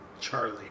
Charlie